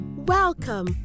Welcome